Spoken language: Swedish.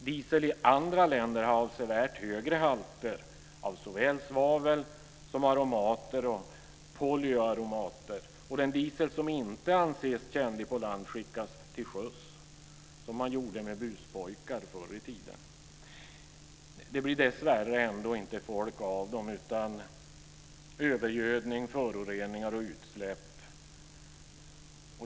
Diesel i andra länder har avsevärt högre halter av såväl svavel som aromater och polyaromater. Den diesel som inte anses tjänlig på land skickas till sjöss, som man gjorde med buspojkar förr i tiden. Det blir dessvärre ändå inte folk av dem, utan övergödning, föroreningar och utsläpp.